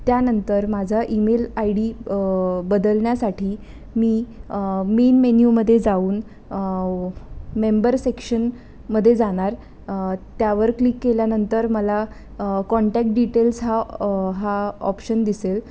त्यानंतर माझा email ID डी बदलण्यासाठी मी मेन मेन्यूमध्ये जाऊन मेंबर सेक्शन मध्ये जाणार त्यावर क्लिक केल्यानंतर मला कॉन्टॅक्ट डिटेल्स हा हा ऑप्शन दिसेल